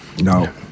No